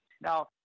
Now